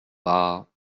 pas